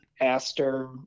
Aster